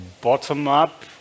bottom-up